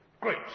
Great